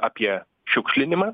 apie šiukšlinimą